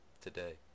today